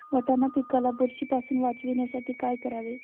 वाटाणा पिकाला बुरशीपासून वाचवण्यासाठी काय करावे?